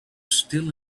still